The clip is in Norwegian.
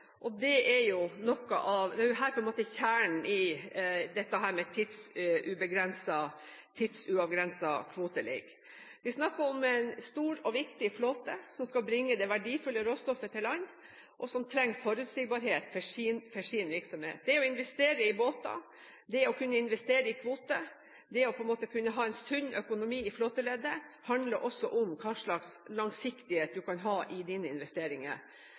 Det er her kjernen i dette med tidsuavgrensede kvoter ligger. Vi snakker om en stor og viktig flåte som skal bringe det verdifulle råstoffet til land, og som trenger forutsigbarhet for sin virksomhet. Det å investere i båter, det å kunne investere i kvoter, det å kunne ha en sunn økonomi i flåteleddet handler også om hva slags langsiktighet man kan ha i sine investeringer.